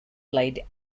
played